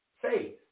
faith